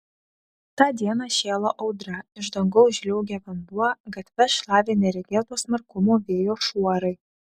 tą dieną šėlo audra iš dangaus žliaugė vanduo gatves šlavė neregėto smarkumo vėjo šuorai